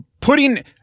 putting